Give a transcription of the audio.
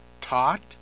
taught